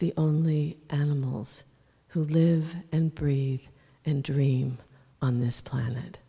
the only animals who live and breathe and dream on this planet